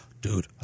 dude